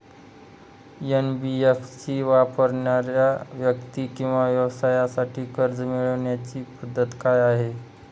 NBFC वापरणाऱ्या व्यक्ती किंवा व्यवसायांसाठी कर्ज मिळविण्याची पद्धत काय आहे?